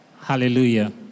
Hallelujah